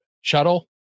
shuttle